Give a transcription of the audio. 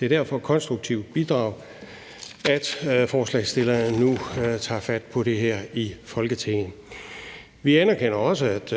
Det er derfor et konstruktivt bidrag, at forslagsstillerne nu tager fat på det her i Folketinget. Vi anerkender også, at